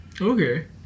okay